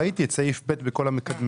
ראיתי את סעיף (ב) בכל המקדמים.